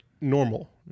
Normal